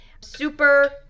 Super